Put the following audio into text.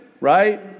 right